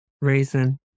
Raisin